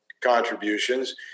contributions